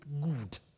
good